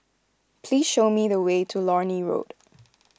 please show me the way to Lornie Road